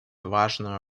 важную